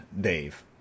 Dave